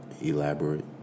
elaborate